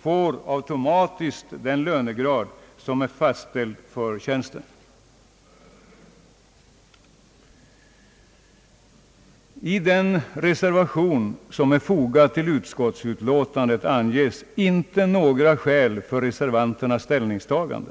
får automatiskt den lönegrad som är fastställd för tjänsten. I den reservation som är fogad till utskottets utlåtande anges inte några skäl för reservanternas ställningstagande.